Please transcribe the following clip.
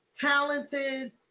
Talented